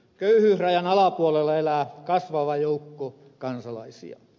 köyhyysrajan alapuolella elää kasvava joukko kansalaisia